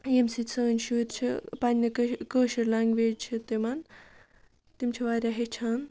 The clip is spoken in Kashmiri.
ییٚمہِ سۭتۍ سٲنۍ شُرۍ چھِ پنٛنہِ کٲشِر لَنٛگویج چھِ تِمَن تِم چھِ واریاہ ہیٚچھان